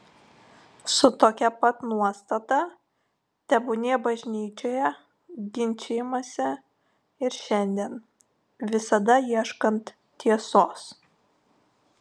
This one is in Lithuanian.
su tokia pat nuostata tebūnie bažnyčioje ginčijamasi ir šiandien visada ieškant tiesos